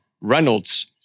Reynolds